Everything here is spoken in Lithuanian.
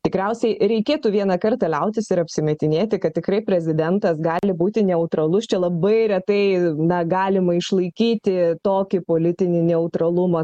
tikriausiai reikėtų vieną kartą liautis ir apsimetinėti kad tikrai prezidentas gali būti neutralus čia labai retai na galima išlaikyti tokį politinį neutralumą